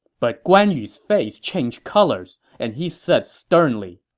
but guan yu's face changed colors and he said sternly,